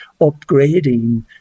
upgrading